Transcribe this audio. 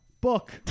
book